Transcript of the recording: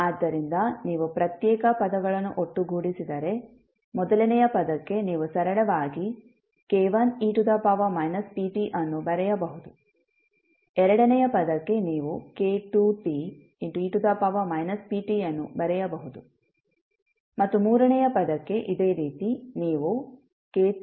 ಆದ್ದರಿಂದ ನೀವು ಪ್ರತ್ಯೇಕ ಪದಗಳನ್ನು ಒಟ್ಟುಗೂಡಿಸಿದರೆ ಮೊದಲನೆಯ ಪದಕ್ಕೆ ನೀವು ಸರಳವಾಗಿ k1e pt ಅನ್ನು ಬರೆಯಬಹುದು ಎರಡನೆಯ ಪದಕ್ಕೆ ನೀವುk2t e ptಅನ್ನು ಬರೆಯಬಹುದು ಮತ್ತು ಮೂರನೆಯ ಪದಕ್ಕೆ ಇದೇ ರೀತಿ ನೀವುk32